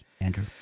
Andrew